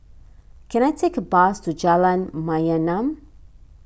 can I take a bus to Jalan Mayaanam